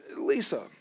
Lisa